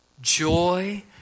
joy